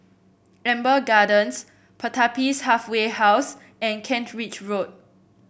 Amber Gardens Pertapis Halfway House and Kent Ridge Road